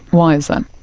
why is that?